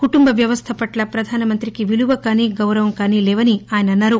కుటుంబ వ్యవస్థ పట్ల ప్రధానమంత్రికి విలువ కానీ గౌరవం కానీ లేవని ఆయన అన్నారు